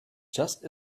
just